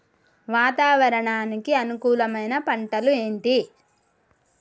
వాతావరణానికి అనుకూలమైన పంటలు ఏంటి?